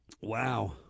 Wow